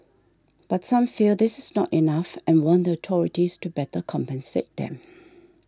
but some feel this is not enough and want the authorities to better compensate them